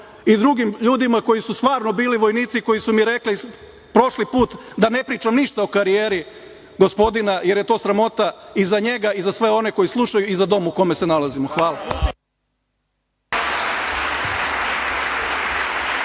i drugim ljudima koji su stvarno bili vojnici, koji su mi rekli prošli put da ne pričam ništa o karijeri gospodina, jer je to sramota i za njega i za sve one koji slušaju i za dom u kome se nalazimo. Hvala.